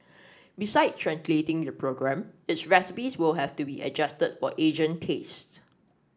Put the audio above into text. beside translating the program its recipes will have to be adjusted for Asian tastes